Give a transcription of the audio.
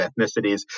ethnicities